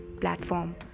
platform